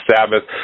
Sabbath